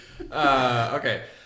okay